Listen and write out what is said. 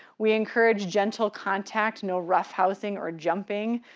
we encourage gentle contact, no rough housing or jumping.